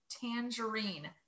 tangerine